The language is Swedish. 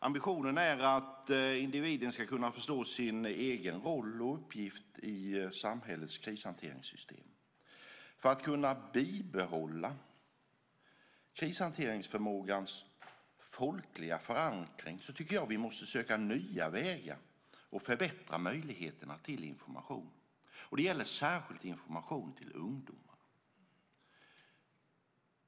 Ambitionen är att individen ska kunna förstå sin egen roll och uppgift i samhällets krishanteringssystem. För att kunna bibehålla krishanteringsförmågans folkliga förankring måste vi söka nya vägar och förbättra möjligheterna till information. Det gäller särskilt information till ungdomar.